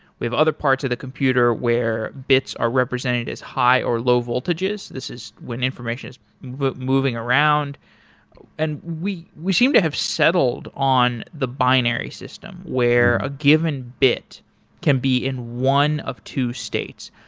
we have other parts of the computer where bits are represented as high or low voltages, this is when information is moving around and we we seem to have settled on the binary system where a given bit can be in one of two states.